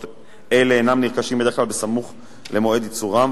אלה אינם נרכשים בדרך כלל סמוך למועד ייצורם,